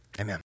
Amen